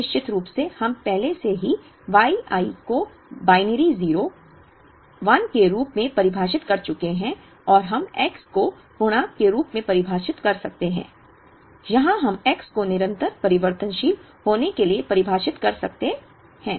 फिर निश्चित रूप से हम पहले से ही Y i को बाइनरी 0 1 के रूप में परिभाषित कर चुके हैं और हम X को पूर्णांक के रूप में परिभाषित कर सकते हैं या हम X को एक निरंतर परिवर्तनशील होने के लिए परिभाषित कर सकते हैं